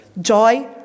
Joy